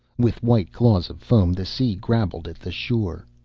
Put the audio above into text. with white claws of foam the sea grabbled at the shore.